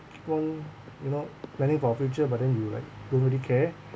keep on you know planning for our future but then you're like don't really care